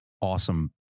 awesome